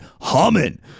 humming